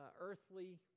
earthly